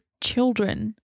children